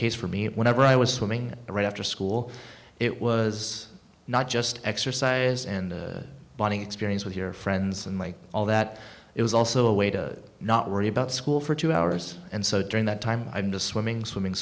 case for me whenever i was swimming right after school it was not just exercise and bonding experience with your friends and like all that it was also a way to not worry about school for two hours and so during that time i miss swimming swimming